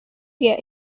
get